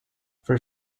for